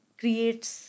creates